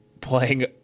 playing